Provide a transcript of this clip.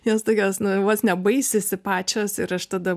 jos tokios nu vos ne baisisi pačios ir aš tada